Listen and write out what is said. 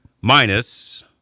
minus